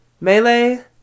Melee